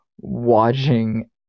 watching